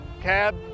Cab